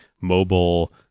mobile